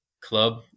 club